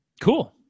Cool